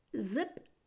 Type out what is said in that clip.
Zip